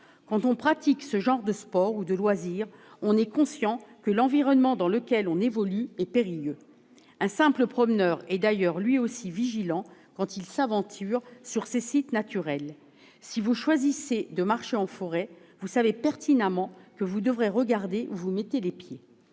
Quand on pratique ce genre de sports ou de loisirs, on est conscient que l'environnement dans lequel on évolue est périlleux. Un simple promeneur est d'ailleurs lui aussi vigilant quand il s'aventure sur ces sites naturels. Si vous choisissez de marcher en forêt, vous savez pertinemment que vous devrez regarder où vous mettez les pieds.